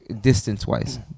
distance-wise